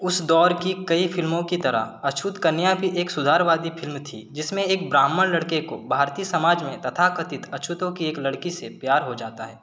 उस दौर की कई फ़िल्मो की तरह अछूत कन्या भी एक सुधारवादी फ़िल्म थी जिसमें एक ब्राह्मण लड़के को भारतीय समाज मे तथाकथित अछूतो की एक लड़की से प्यार हो जाता है